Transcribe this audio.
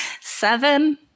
Seven